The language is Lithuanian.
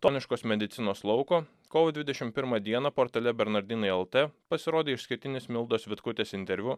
toniškos medicinos lauko kovo dvidešimt pirmą dieną portale bernardinai lt pasirodė išskirtinis mildos vitkutės interviu